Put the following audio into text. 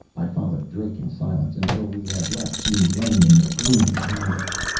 i followed drake in silence, until we had left cheney lane in the gloom behind us.